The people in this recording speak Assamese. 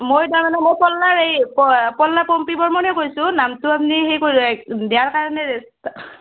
মই তাৰমানে মই পল্লাৰ এই প পল্লাৰ পম্পি বৰ্মনে কৈছোঁ নামটো আপুনি সেই কৰি কাৰণে ৰেজি